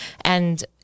and-